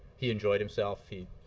he enjoyed himself. he